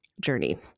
journey